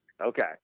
Okay